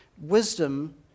Wisdom